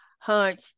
hunch